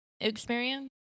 experience